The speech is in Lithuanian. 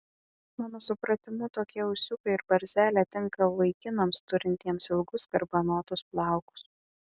mano supratimu tokie ūsiukai ir barzdelė tinka vaikinams turintiems ilgus garbanotus plaukus